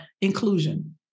inclusion